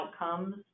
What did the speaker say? outcomes